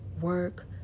work